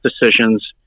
decisions